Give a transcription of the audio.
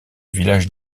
villages